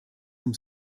zum